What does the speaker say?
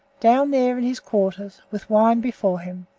down there in his quarters, with wine before him,